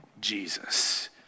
Jesus